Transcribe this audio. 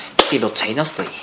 simultaneously